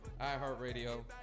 iHeartRadio